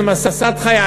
זה משאת חיי,